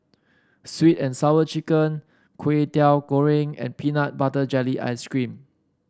sweet and Sour Chicken Kway Teow Goreng and Peanut Butter Jelly Ice cream